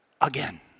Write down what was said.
again